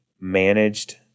managed